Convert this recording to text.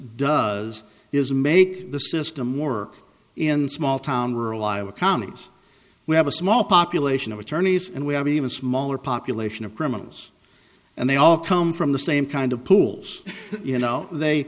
does is make the system work in small town rural iowa counties we have a small population of attorneys and we have an even smaller population of criminals and they all come from the same kind of pools you know they